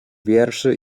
wierszy